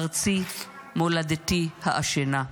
ארצי / מולדתי העשנה".